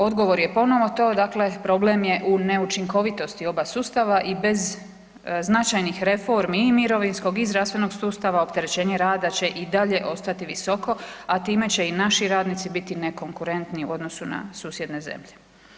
Odgovor je ponovo to, dakle problem je u neučinkovitosti oba sustava i bez značajnih reformi i mirovinskog i zdravstvenog sustava opterećenje rada će i dalje ostati visoko, a time će i naši radnici biti nekonkurentni u odnosu na susjedne zemlje.